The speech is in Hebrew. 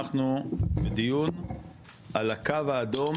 אנחנו בדיון על הקו האדום